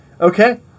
okay